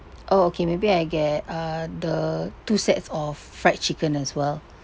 oh okay maybe I get uh the two sets of fried chicken as well